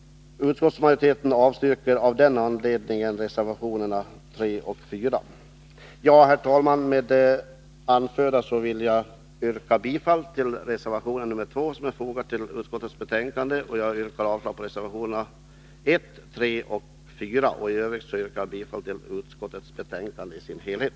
Utskottsmajoriteten avstyrker reservationerna 3 och 4. Herr talman! Med det anförda vill jag yrka bifall till reservation 2, som är fogad till utskottets betänkande. Jag yrkar avslag på reservationerna 1, 3 och 4 och i övrigt bifall till utskottets hemställan i dess helhet.